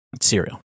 cereal